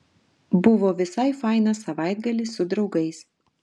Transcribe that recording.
buvo visai fainas savaitgalis su draugais